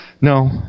No